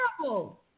terrible